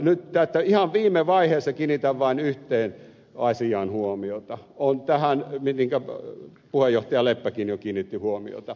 nyt ihan viime vaiheessa kiinnitän vain yhteen asiaan huomiota mihin puheenjohtaja leppäkin jo kiinnitti huomiota